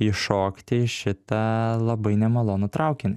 įšokti į šitą labai nemalonų traukinį